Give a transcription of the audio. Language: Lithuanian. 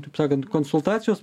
taip sakant konsultacijos